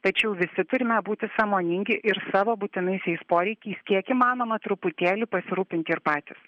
tačiau visi turime būti sąmoningi ir savo būtinaisiais poreikiais kiek įmanoma truputėlį pasirūpinti ir patys